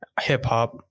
hip-hop